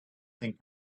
think